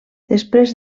després